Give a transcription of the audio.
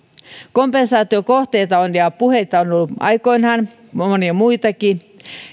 kompensaatiokohteita ja niistä puheita on on ollut aikoinaan monia muitakin